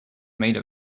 made